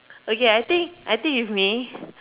okay I think I think if me